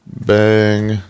Bang